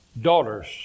daughters